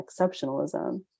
exceptionalism